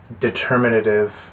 determinative